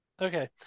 Okay